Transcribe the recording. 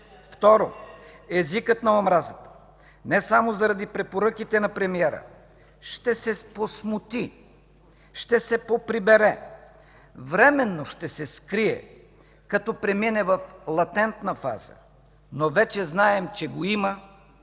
Второ, езикът на омразата, не само заради препоръките на премиера, ще се посмути, ще се поприбере, временно ще се скрие, като премине в латентна фаза, но вече знаем, че го има